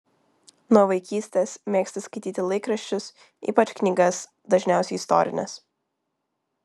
nuo vaikystės mėgsta skaityti laikraščius ypač knygas dažniausiai istorines